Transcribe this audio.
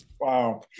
Wow